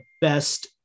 best